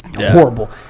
horrible